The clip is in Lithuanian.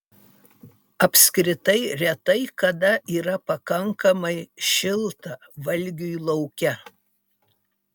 apskritai retai kada yra pakankamai šilta valgiui lauke